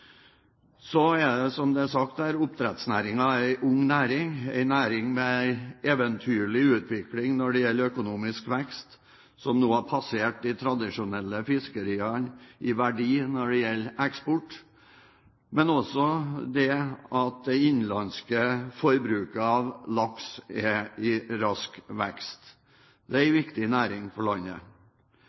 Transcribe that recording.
Som det er sagt her: Oppdrettsnæringen er en ung næring, en næring med eventyrlig utvikling når det gjelder økonomisk vekst, og som nå har passert de tradisjonelle fiskeriene i verdi når det gjelder eksport. Men også det innenlandske forbruket av laks er i rask vekst. Det er en viktig næring for landet.